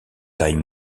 taille